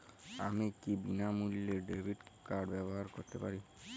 আমি কি বিনামূল্যে ডেবিট কার্ড ব্যাবহার করতে পারি?